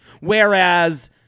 whereas